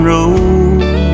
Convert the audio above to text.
Road